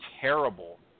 terrible